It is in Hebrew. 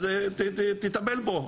אז תטפל בו.